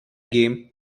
game